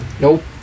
Nope